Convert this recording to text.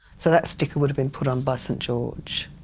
so that sticker would have been put on by st george?